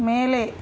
மேலே